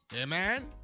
Amen